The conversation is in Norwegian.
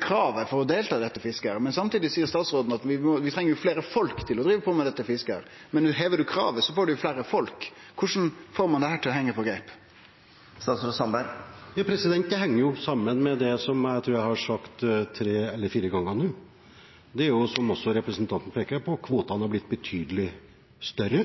kravet for å delta i dette fisket. Men samtidig seier statsråden at vi treng fleire folk til å drive på med dette fisket. Men hever ein kravet, får ein jo ikkje fleire folk. Korleis får ein dette til å hengje på greip? Det henger sammen med det som jeg tror jeg har sagt tre eller fire ganger nå. Som også representanten peker på, har kvotene blitt betydelig større.